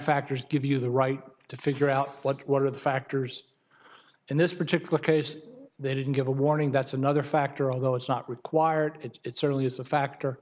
factors give you the right to figure out what what are the factors in this particular case they didn't give a warning that's another factor although it's not required it's certainly is a factor